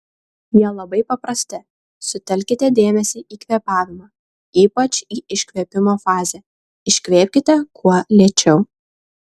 jie labai paprasti sutelkite dėmesį į kvėpavimą ypač į iškvėpimo fazę iškvėpkite kuo lėčiau